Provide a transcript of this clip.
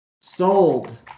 Sold